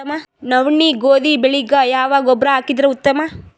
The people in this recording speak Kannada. ನವನಿ, ಗೋಧಿ ಬೆಳಿಗ ಯಾವ ಗೊಬ್ಬರ ಹಾಕಿದರ ಉತ್ತಮ?